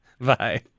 Bye